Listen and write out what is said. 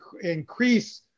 increase